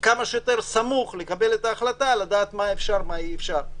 כמה שיותר סמוך לקבל את ההחלטה ולדעת מה אפשר ומה אי-אפשר.